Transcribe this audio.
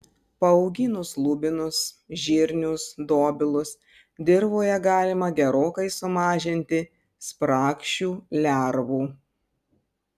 paauginus lubinus žirnius dobilus dirvoje galima gerokai sumažinti spragšių lervų